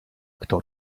kto